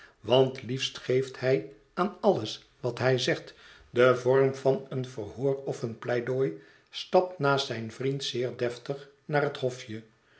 want liefst geeft hij aan alles wat hij zegt den vorm van een verhoor of een pleidooi stapt naast zijn vriend zeer deftig naar het hofje